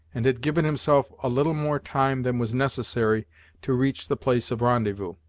and had given himself a little more time than was necessary to reach the place of rendezvous,